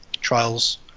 Trials